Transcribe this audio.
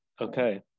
Okay